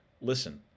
listen